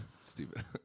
Stupid